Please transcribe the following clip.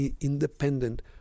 independent